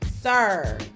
sir